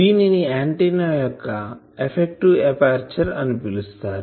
దీనిని ఆంటిన్నా యొక్క effective aperture అని పిలుస్తారు